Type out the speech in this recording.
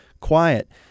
quiet